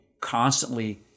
constantly